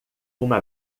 uma